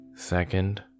Second